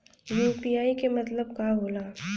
UPI के मतलब का होला?